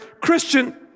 Christian